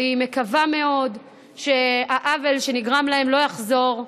והיא מקווה מאוד שהעוול שנגרם להם לא יחזור,